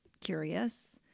curious